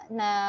na